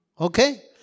Okay